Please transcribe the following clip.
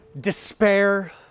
despair